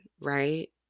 right